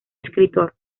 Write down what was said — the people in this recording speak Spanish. escritor